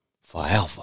forever